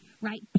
right